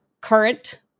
current